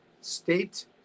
state